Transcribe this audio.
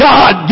God